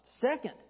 Second